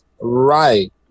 right